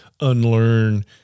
unlearn